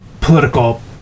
political